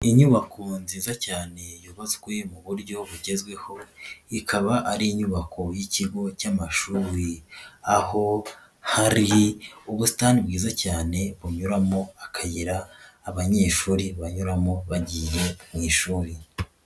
Inyubako nziza cyane yubatswe mu buryo bugezweho ikaba ari inyubako y'ikigo cy'amashuri, aho hari ubusitani bwiza cyane bunyuramo akayi abanyeshuri banyuramo bagiye mu ishuri.